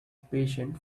patient